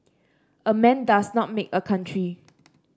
a man does not make a country